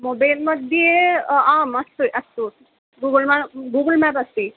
मोबैल्मध्ये आम् अस्तु अस्तु गूगुल् मा गूगल् माप् अस्ति